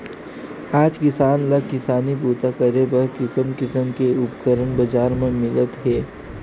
आज किसान ल किसानी बूता करे बर किसम किसम के उपकरन बजार म मिलत हे